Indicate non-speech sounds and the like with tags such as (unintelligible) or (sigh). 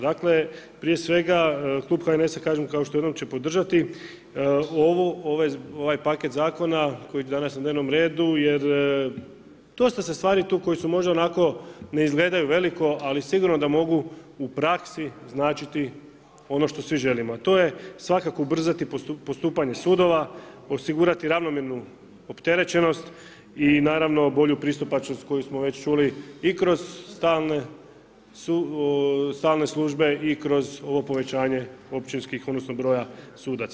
Dakle, prije svega, klub HNS-a kažem … (unintelligible) će podržati, ovaj paket zakona koji je danas na dnevnom redu jer dosta se stvari tu koje možda onako ne izgledaju veliko, ali sigurno da mogu u praksi značiti ono što svi želimo, a to je svakako ubrzati postupanje sudova, osigurati ravnomjernu opterećenost i naravno, bolju pristupačnost koju smo već čuli i kroz stalne službe i kroz ovo povećanje općinskih, odnosno broja sudaca.